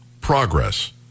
progress